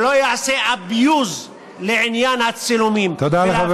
שלא ייעשה abuse לעניין הצילומים, תודה לחבר